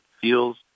feels